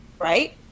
Right